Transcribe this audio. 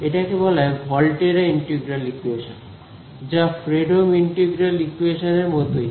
এটাকে বলা হয় ভলটেরা ইন্টিগ্রাল ইকুয়েশন যা ফ্রেডহোম ইন্টিগ্রাল ইকুয়েশন এর মতই